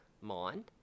mind